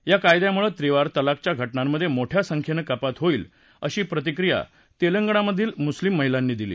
या कायद्यामुळे त्रिवार तलाकच्या घटनास्त्रि मोठ्या सख्यिनक्रिपात होईल अशी प्रतिक्रिया तेलप्रिामधील मुस्लीम महिलांत्री दिली